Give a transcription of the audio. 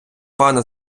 пана